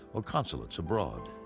or consulates abroad.